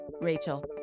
Rachel